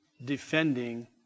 defending